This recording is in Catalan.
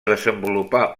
desenvolupar